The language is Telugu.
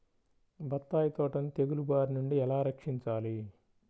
బత్తాయి తోటను తెగులు బారి నుండి ఎలా రక్షించాలి?